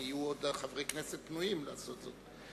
אם יהיו עוד חברי כנסת פנויים לעשות זאת.